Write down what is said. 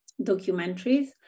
documentaries